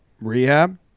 rehab